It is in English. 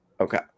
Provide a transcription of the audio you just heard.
Okay